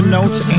Notes